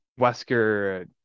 Wesker